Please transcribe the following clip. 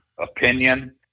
opinion